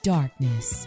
Darkness